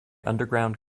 underground